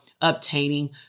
obtaining